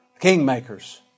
Kingmakers